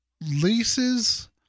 leases